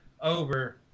over